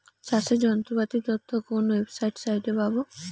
চাষের যন্ত্রপাতির তথ্য কোন ওয়েবসাইট সাইটে পাব?